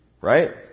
Right